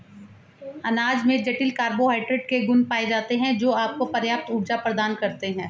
अनाज में जटिल कार्बोहाइड्रेट के गुण पाए जाते हैं, जो आपको पर्याप्त ऊर्जा प्रदान करते हैं